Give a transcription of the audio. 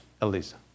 Elisa